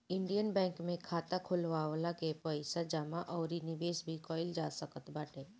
Indian bank में खाता खोलवा के पईसा जमा अउरी निवेश भी कईल जा सकत बाटे